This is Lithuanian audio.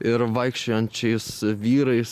ir vaikščiojančiais vyrais